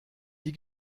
die